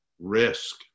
risk